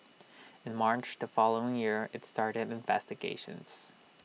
in March the following year IT started investigations